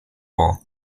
war